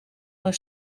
maar